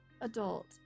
adult